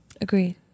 Agreed